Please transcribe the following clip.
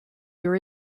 your